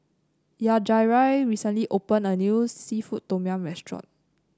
Yajaira recently opened a new seafood Tom Yum restaurant